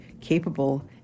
capable